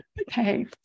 Okay